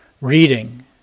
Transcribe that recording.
reading